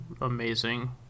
amazing